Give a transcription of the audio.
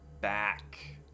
back